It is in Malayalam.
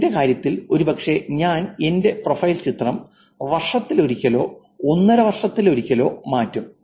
എന്റെ കാര്യത്തിൽ ഒരുപക്ഷേ ഞാൻ എന്റെ പ്രൊഫൈൽ ചിത്രം വർഷത്തിലൊരിക്കലോ ഒന്നര വർഷത്തിലൊരിക്കലോ മാറ്റും